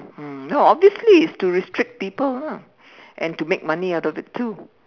mm obviously is to restrict people lah and to make money out of it too